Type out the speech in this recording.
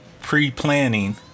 pre-planning